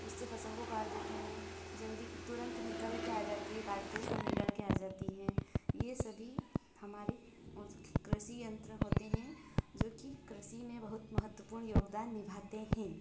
उससे फसल को काट देते हें जल्दी तुरंत निकल कर आ जाती है काटते से ही निकल कर आ ज़ाती हें यह सभी हमारे उस कृषि यंत्र होते हें जो कि कृषि में बहुत महत्वपूर्ण योगदान निभाते हैं